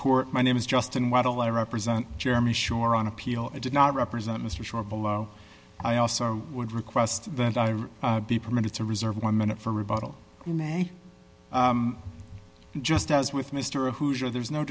court my name is justin waddle i represent jeremy shore on appeal i did not represent mr schorr below i also would request that i be permitted to reserve one minute for rebuttal just as with mr a hoosier there is no